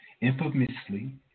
infamously